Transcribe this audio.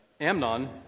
Amnon